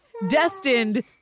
destined